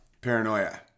paranoia